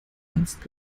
ernst